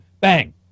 bang